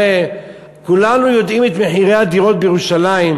הרי כולנו יודעים את מחירי הדירות בירושלים.